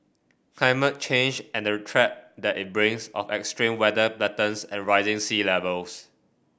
climate change and the threat that it brings of extreme weather patterns and rising sea Levels